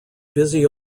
busy